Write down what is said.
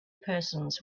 persons